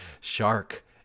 shark